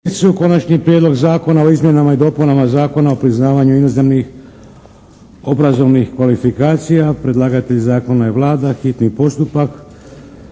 - Prijedlog zakona o izmjenama i dopunama Zakona o priznavanju inozemnih obrazovnih kvalifikacija, hitni postupak,